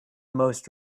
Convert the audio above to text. most